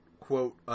quote